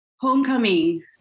Homecoming